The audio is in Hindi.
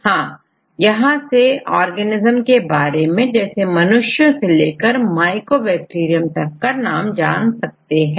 हां यहां से ऑर्गेज्म्स के बारे में जैसे मनुष्यों से लेकर माइकोबैक्टेरियम तक का नाम जान सकते हैं